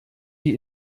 die